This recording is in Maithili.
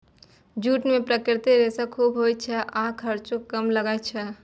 जूट मे प्राकृतिक रेशा खूब होइ छै आ खर्चो कम लागै छै